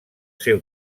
seu